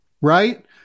right